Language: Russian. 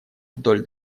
вдоль